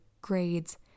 grades